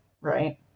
right